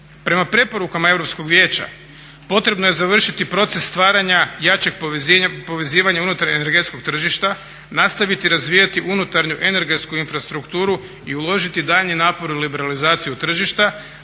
Prema preporukama Europskog vijeća potrebno je završiti proces stvaranja jačeg povezivanja unutar energetskog tržišta, nastaviti razvijati unutarnju energetsku infrastrukturu i uložiti daljnji napor u liberalizaciju tržišta